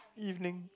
evening